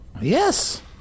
Yes